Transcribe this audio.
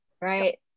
right